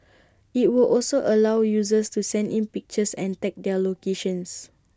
IT would also allow users to send in pictures and tag their locations